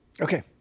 Okay